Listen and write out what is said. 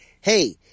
hey